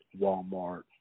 Walmart